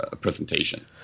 presentation